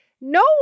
no